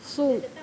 so